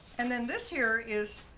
and then this here is